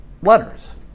letters